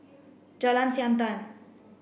Jalan Siantan